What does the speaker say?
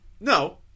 No